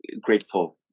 grateful